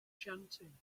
chanting